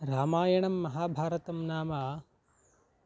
रामायणं महाभारतं नाम